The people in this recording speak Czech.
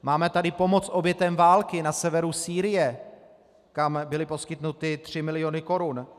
Máme tady pomoc obětem války na severu Sýrie, kam byly poskytnuty tři miliony korun.